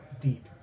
deep